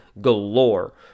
Galore